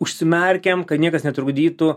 užsimerkiam kad niekas netrukdytų